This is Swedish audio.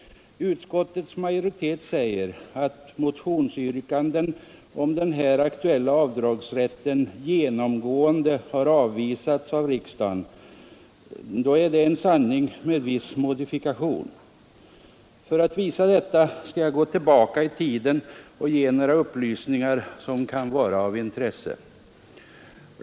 Utskottsmajoritetens uttalande att motionsyrkanden om den här aktuella avdragsrätten genomgående har avvisats av riksdagen är en sanning med viss modifikation. För att visa detta vill jag gå tillbaka i tiden och ge några upplysningar, som kan vara av intresse.